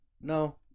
No